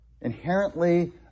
Inherently